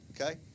okay